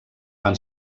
van